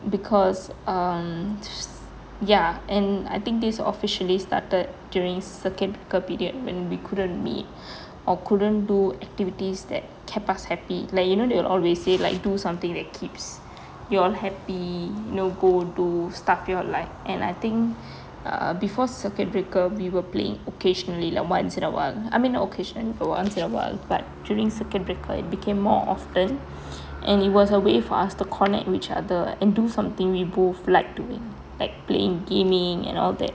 because um ya and I think this officially started during circuit breaker period when we couldn't meet or couldn't do activities that kept us happy like you know they will always say like do something that keeps you all happy no go do stuff you like and I think err before circuit breaker we were playing occasionally like once in a while I mean occasion for once in a while but during circuit breaker it became more often and it was a way for us to connect with each other and do something we both like doing like playing gaming and all that